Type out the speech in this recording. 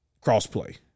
crossplay